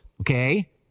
okay